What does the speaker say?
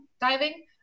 diving